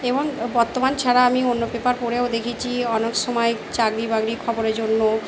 এবং বর্তমান ছাড়া আমি অন্য পেপার পড়েও দেখেছি অনেক সময় চাকরি বাকরি খবরের জন্য